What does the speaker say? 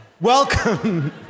Welcome